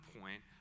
point